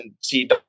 see